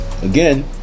Again